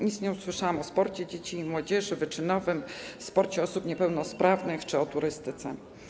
Nic nie usłyszałam o sporcie dzieci i młodzieży, sporcie wyczynowym, sporcie osób niepełnosprawnych czy o turystyce.